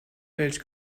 welch